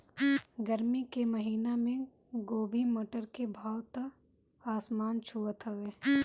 गरमी के महिना में गोभी, मटर के भाव त आसमान छुअत हवे